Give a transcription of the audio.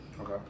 Okay